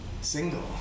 Single